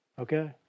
Okay